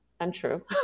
Untrue